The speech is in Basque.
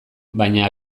baina